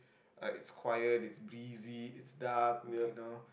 uh it's quiet it's breezy it's dark you know